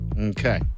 Okay